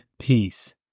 peace